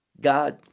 god